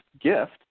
gift